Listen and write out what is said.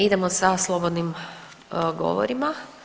Idemo sa slobodnim govorima.